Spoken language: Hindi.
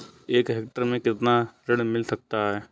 एक हेक्टेयर में कितना ऋण मिल सकता है?